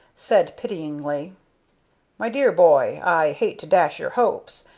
said, pityingly my dear boy, i hate to dash your hopes,